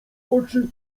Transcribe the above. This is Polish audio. oczy